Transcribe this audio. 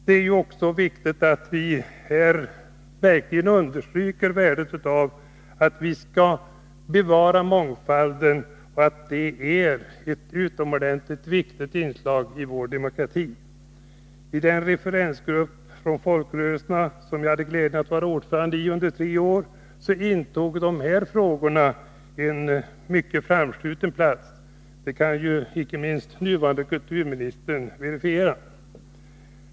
Det är i detta sammanhang också viktigt att vi verkligen understryker värdet av att bevara mångfalden som ett utomordentligt viktigt inslag i vår demokrati. I den referensgrupp från folkrörelserna som jag hade glädjen att vara ordförande i under tre år intog dessa frågor en mycket framskjuten plats. Det kan icke minst den nuvarande kulturministern verifiera.